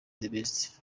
best